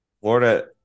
Florida